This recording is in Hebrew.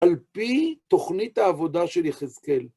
על פי תוכנית העבודה של יחזקאל.